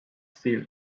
still